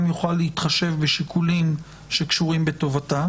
יוכל להתחשב בשיקולים שקשורים בטובתה.